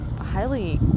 highly